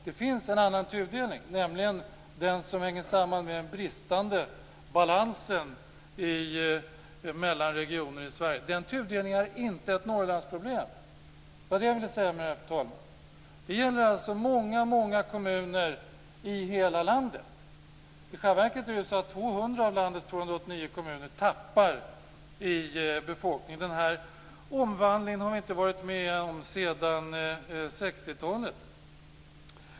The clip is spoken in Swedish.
Det finns en annan tudelning, nämligen den som hänger samman med den bristande balansen mellan regioner i Sverige. Den tudelningen är inte ett Norrlandsproblem. Det var det jag ville säga, fru talman. Detta gäller alltså många kommuner i hela landet. I själva verket tappar 200 av landets 289 kommuner i befolkning. Den här omvandlingen har vi inte varit med om sedan 60-talet.